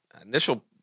initial